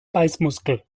beißmuskel